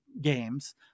games